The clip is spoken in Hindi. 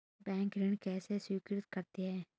बैंक ऋण कैसे स्वीकृत करते हैं?